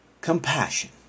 compassion